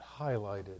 highlighted